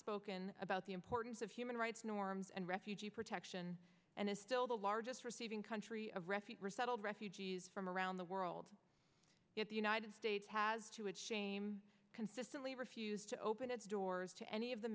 spoken about the importance of human rights norms and refugee protection and is still the largest receiving country of refugees resettled refugees from around the world yet the united states has to its shame consistently refused to open its doors to any of the